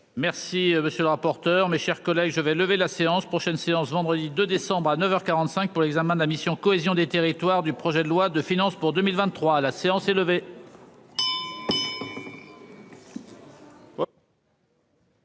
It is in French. Merci, monsieur le rapporteur, mes chers collègues, je vais lever la séance prochaine séance vendredi 2 décembre à 9 heures 45 pour l'examen de la mission cohésion des territoires du projet de loi de finances pour 2023 à la séance est levée.